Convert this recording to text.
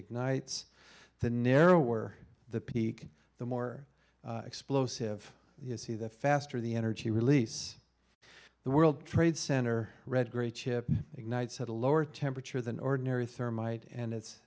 ignites the narrower the peak the more explosive you see the faster the energy release the world trade center redgrave chip ignites at a lower temperature than ordinary thermite and it's